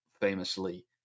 famously